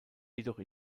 jedoch